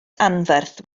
anferth